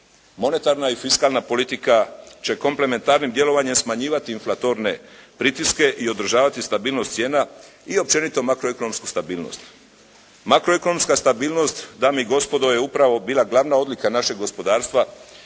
Monetarna i fiskalna politika će komplementarnim djelovanjem smanjivati inflatorne pritiske i održavati stabilnost cijena i općenito makroekonomsku stabilnost. Makroekonomska stabilnost, dame i gospodo je upravo bila glavan odlika našeg gospodarstva